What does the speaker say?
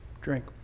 Drink